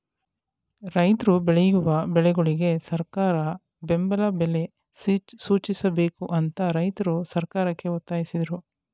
ರೈತ್ರು ಬೆಳೆಯುವ ಬೆಳೆಗಳಿಗೆ ಸರಕಾರ ಬೆಂಬಲ ಬೆಲೆ ಸೂಚಿಸಬೇಕು ಅಂತ ರೈತ್ರು ಸರ್ಕಾರಕ್ಕೆ ಒತ್ತಾಸಿದ್ರು